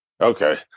Okay